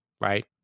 right